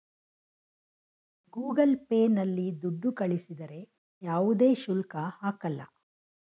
Google Pay ನಲ್ಲಿ ದುಡ್ಡು ಕಳಿಸಿದರೆ ಯಾವುದೇ ಶುಲ್ಕ ಹಾಕಲ್ಲ